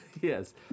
yes